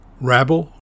Rabble